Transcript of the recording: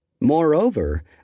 Moreover